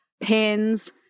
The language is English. pins